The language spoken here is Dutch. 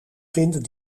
vinden